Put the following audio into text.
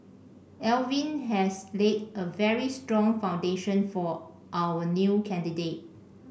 Alvin has laid a very strong foundation for our new candidate